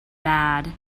bad